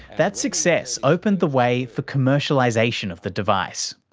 that success opened the way for commercialisation of the device.